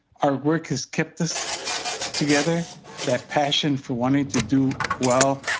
our work has kept us together that passion for wanting to do well.